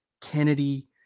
Kennedy